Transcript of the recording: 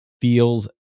feels